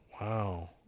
Wow